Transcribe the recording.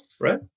right